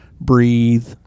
breathe